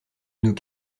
nous